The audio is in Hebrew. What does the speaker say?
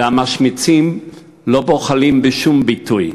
והמשמיצים לא בוחלים בשום ביטוי,